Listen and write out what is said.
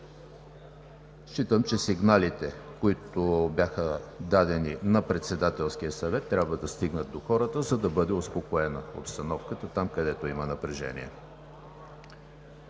Считам, че сигналите, които бяха дадени на Председателския съвет, трябва да стигнат до хората, за да бъде успокоена обстановката там, където има напрежение.